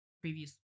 previous